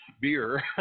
beer